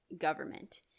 government